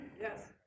Yes